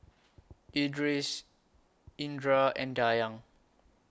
Idris Indra and Dayang